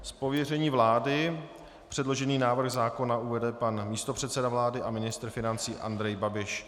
Z pověření vlády předložený návrh zákona uvede pan místopředseda vlády a ministr financí Andrej Babiš.